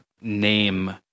name